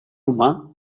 humà